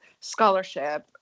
scholarship